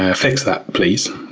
ah fix that please.